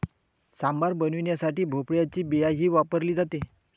सांबार बनवण्यासाठी भोपळ्याची बियाही वापरली जाते